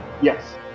Yes